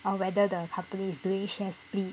or whether the company is shares split